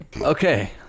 Okay